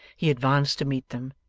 he advanced to meet them,